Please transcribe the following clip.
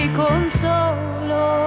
consolo